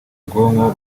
ubwonko